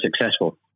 successful